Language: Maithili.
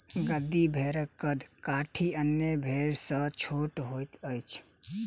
गद्दी भेड़क कद काठी अन्य भेड़ सॅ छोट होइत अछि